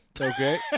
Okay